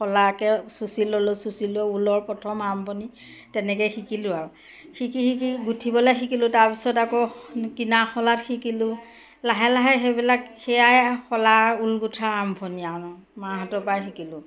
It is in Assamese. শলাকে চুচি ল'লোঁ চুচিলোঁ ঊলৰ প্ৰথম আৰম্ভণি তেনেকে শিকিলোঁ আৰু শিকি শিকি গুঠিবলে শিকিলোঁ তাৰপিছত আকৌ কিনা শলাত শিকিলোঁ লাহে লাহে সেইবিলাক সেয়াই শলা ঊল গোঠা আৰম্ভণি আৰু মাহঁতৰ পৰাই শিকিলোঁ